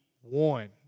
one